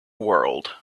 world